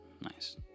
nice